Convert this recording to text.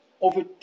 Over